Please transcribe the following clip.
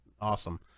Awesome